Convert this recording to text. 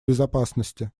безопасности